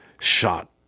shot